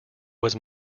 was